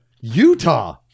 Utah